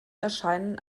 erscheinen